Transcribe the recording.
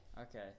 Okay